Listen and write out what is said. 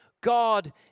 God